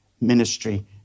ministry